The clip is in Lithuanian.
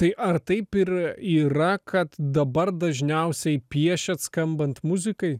tai ar taip ir yra kad dabar dažniausiai piešiat skambant muzikai